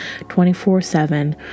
24-7